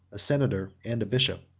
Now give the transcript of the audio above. a senator, and a bishop.